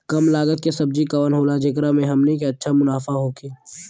कम लागत के सब्जी कवन होला जेकरा में हमनी के अच्छा मुनाफा होखे?